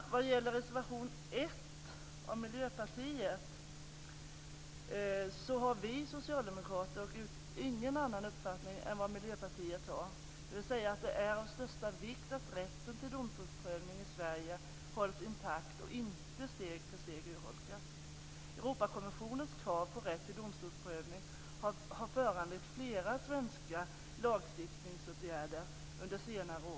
När det gäller reservation 1 av Miljöpartiet har vi socialdemokrater ingen annan uppfattning än vad Miljöpartiet har, dvs. att det är av största vikt att rätten till domstolsprövning i Sverige hålls intakt och inte steg för steg urholkas. Europakonventionens krav på rätt till domstolsprövning har föranlett flera svenska lagstiftningsåtgärder under senare år.